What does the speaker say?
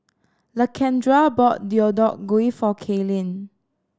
Lakendra bought Deodeok Gui for Cailyn